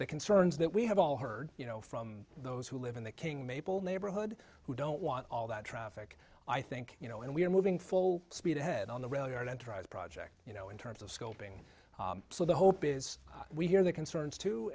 the concerns that we have all heard you know from those who live in the king maple neighborhood who don't want all that traffic i think you know and we're moving full speed ahead on the rail yard enterprise project you know in terms of scoping so the hope is we hear the concerns too